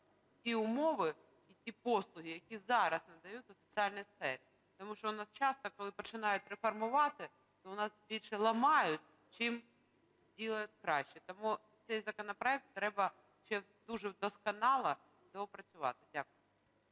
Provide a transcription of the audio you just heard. тому цей законопроект треба ще дуже досконало доопрацювати. Дякую.